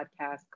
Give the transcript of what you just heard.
podcast